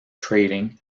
trading